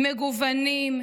מגוונים,